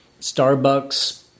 Starbucks